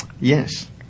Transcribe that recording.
Yes